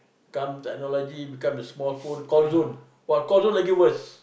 come technology become the small phone call zone !wah! call zone Lagi worse